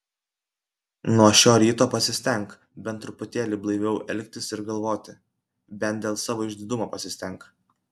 nuo šio ryto pasistenk bent truputėlį blaiviau elgtis ir galvoti bent dėl savo išdidumo pasistenk